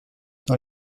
dans